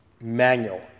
manual